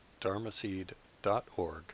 dharmaseed.org